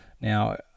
Now